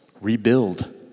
rebuild